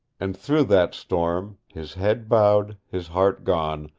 and through that storm, his head bowed, his heart gone,